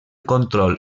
control